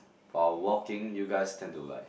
while walking you guys tend to like